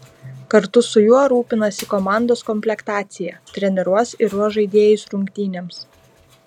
kartu su juo rūpinasi komandos komplektacija treniruos ir ruoš žaidėjus rungtynėms